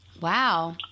Wow